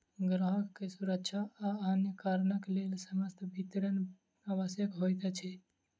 ग्राहक के सुरक्षा आ अन्य कारणक लेल समस्त विवरण आवश्यक होइत अछि